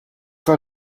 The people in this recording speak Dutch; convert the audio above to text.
een